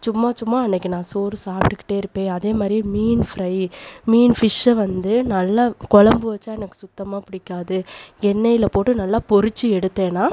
சும்மா சும்மா அன்னைக்கு நான் சோறு சாப்பிட்டுக்கிட்டே இருப்பேன் அதே மாதிரியே மீன் ஃப்ரை மீன் ஃபிஷ்ஷை வந்து நல்லா கொழம்பு வச்சால் எனக்கு சுத்தமாக பிடிக்காது எண்ணெய்ல போட்டு நல்லா பொறித்து எடுத்தேன்னா